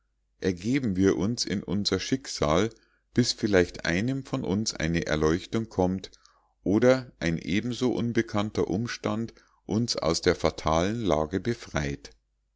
ergeben wir uns in unser schicksal bis vielleicht einem von uns eine erleuchtung kommt oder ein ebenso unbekannter umstand uns aus der fatalen lage befreit